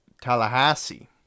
Tallahassee